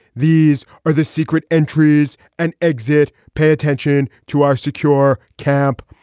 these are the secret entries and exit. pay attention to our secure camp.